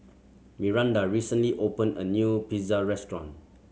Myranda recently opened a new Pizza Restaurant